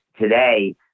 today